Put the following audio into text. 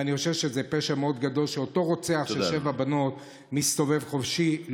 אני חושב שזה פשע מאוד גדול שאותו רוצח של שבע הבנות מסתובב חופשי.